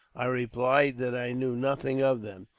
i replied that i knew nothing of them.